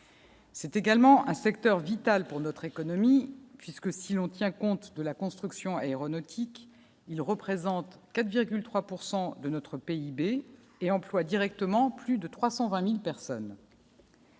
C'est également un secteur vital pour notre économie, puisque si l'on tient compte de la construction aéronautique, ils représentent 4,3 pour 100 de notre PIB et emploie directement plus de 320000 personnes.